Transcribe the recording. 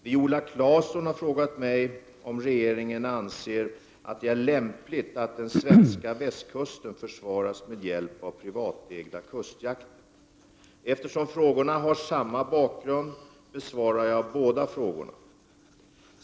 Viola Claesson har frågat mig om regeringen anser att det är lämpligt att den svenska västkusten försvaras med hjälp av privatägda kustjakter. Eftersom frågorna har samma bakgrund besvarar jag båda frågorna samtidigt.